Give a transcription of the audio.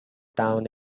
town